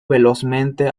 velozmente